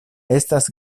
estas